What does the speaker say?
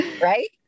Right